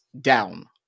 down